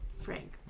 Frank